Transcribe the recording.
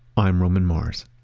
i'm roman mars